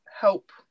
help